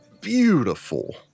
beautiful